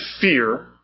fear